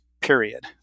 period